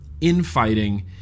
infighting